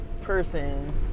person